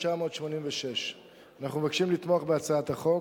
התשמ"ו 1986. אנחנו מבקשים לתמוך בהצעת החוק.